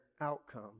outcome